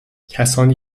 کسانی